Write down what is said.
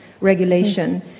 regulation